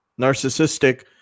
narcissistic